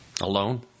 alone